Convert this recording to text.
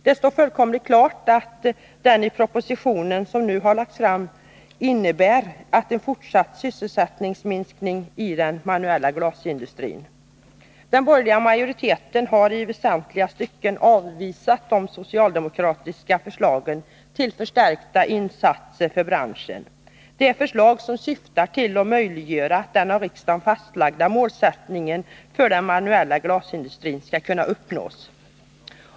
Det står fullkomligt klart att den proposition som nu har lagts fram innebär en fortsatt ytterligare sysselsättningsminskning i den manuella glasindustrin. Den borgerliga majoriteten i näringsutskottet har i väsentliga stycken avvisat de socialdemokratiska förslagen till förstärkta insatser för branschen. Det är förslag som syftar till att möjliggöra att de av riksdagen fastlagda målen beträffande den manuella glasindustrin skall kunna uppnås.